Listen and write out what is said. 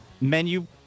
menu